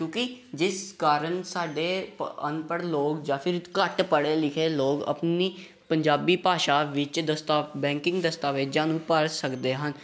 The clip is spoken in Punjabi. ਕਿਉਂਕਿ ਜਿਸ ਕਾਰਨ ਸਾਡੇ ਪ ਅਨਪੜ੍ਹ ਲੋਕ ਜਾਂ ਫਿਰ ਘੱਟ ਪੜ੍ਹੇ ਲਿਖੇ ਲੋਕ ਅਪਣੀ ਪੰਜਾਬੀ ਭਾਸ਼ਾ ਵਿੱਚ ਦਸਤਾ ਬੈਂਕਿੰਗ ਦਸਤਾਵੇਜ਼ਾਂ ਨੂੰ ਭਰ ਸਕਦੇ ਹਨ